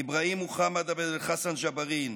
אבראהים מוחמד עבד אל-חסן ג'בארין,